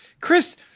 Chris